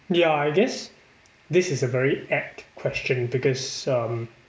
ya I guess this is a very apt question because um